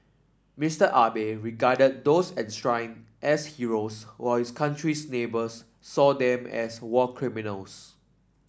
Mister Abe regarded those enshrined as heroes while his country's neighbours saw them as war criminals